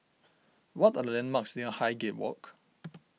what are the landmarks near Highgate Walk